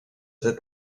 tête